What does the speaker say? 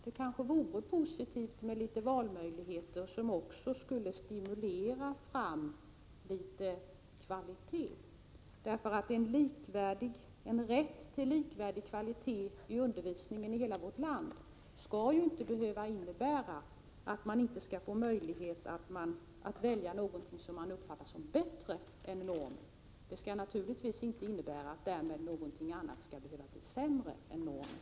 Det vore kanske positivt med valmöjligheter som kunde stimulera fram litet kvalitet. En rätt till likvärdig kvalitet i undervisningen i hela vårt land skall ju inte behöva innebära att man inte skall få möjlighet att välja någonting som man uppfattar som bättre än normen, inte heller att någonting annat därmed skall behöva bli sämre än normen.